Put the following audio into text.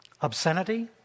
obscenity